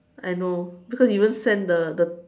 I know because you even send the the